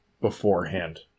beforehand